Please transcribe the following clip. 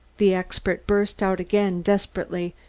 the expert burst out again desperately.